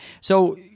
So-